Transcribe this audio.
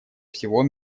всего